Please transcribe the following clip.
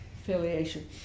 affiliation